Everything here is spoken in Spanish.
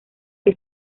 que